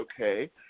okay